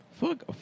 Fuck